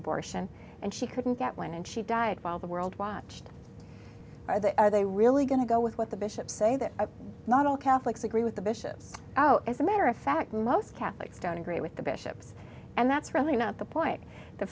abortion and she couldn't get when and she died while the world watched are they really going to go with what the bishops say that not all catholics agree with the bishop oh as a matter of fact most catholics don't agree with the bishops and that's really not the point the